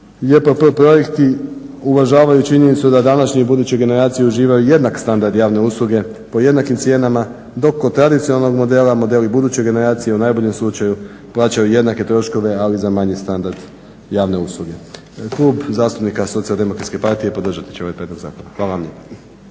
važno, JPP projekti uvažavaju činjenicu da današnje i buduće generacije uživaju jednak standard javne usluge po jednakim cijenama, dok kod tradicionalnog modela modeli buduće generacije u najboljem slučaju plaćaju jednake troškove, ali za manji standard javne usluge. Klub zastupnika SDP-a podržati će ovaj prijedlog zakona. Hvala vam